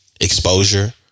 exposure